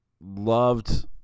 Loved